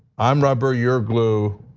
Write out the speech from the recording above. i'm rubber, you're a glue.